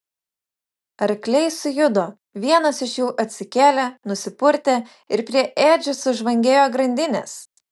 arkliai sujudo vienas iš jų atsikėlė nusipurtė ir prie ėdžių sužvangėjo grandinės